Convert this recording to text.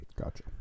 gotcha